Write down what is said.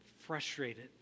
frustrated